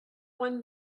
one